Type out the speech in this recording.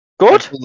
Good